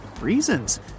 reasons